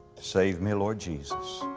save me, lord jesus.